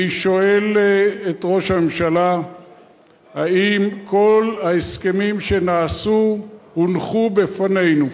אני שואל את ראש הממשלה האם כל ההסכמים שנעשו הונחו בפנינו.